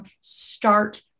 start